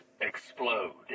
explode